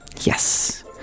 Yes